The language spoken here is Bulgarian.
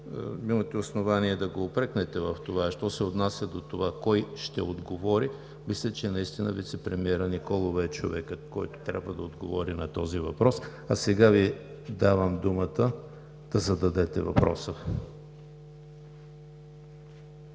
имате основание да го упрекнете в това. Що се отнася до това кой ще отговори, мисля, че наистина вицепремиерът Николова е човекът, който трябва да отговори на този въпрос. А сега Ви давам думата да зададете въпроса.